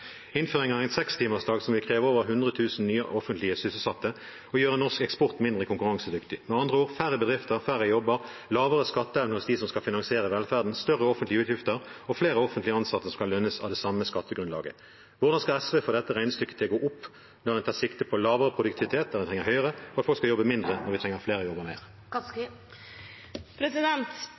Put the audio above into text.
innføring av en sekstimersdag, som vil kreve over 100 000 nye offentlig sysselsatte. Og det er å gjøre norsk eksport mindre konkurransedyktig. Med andre ord: færre bedrifter, færre jobber, lavere skatteevne hos dem som skal finansiere velferden, større offentlige utgifter og flere offentlig ansatte som skal lønnes av det samme skattegrunnlaget. Hvordan skal SV få dette regnestykket til å gå opp når en tar sikte på lavere produktivitet der en trenger høyere, og at folk skal jobbe mindre når vi trenger at flere jobber